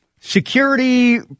Security